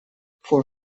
for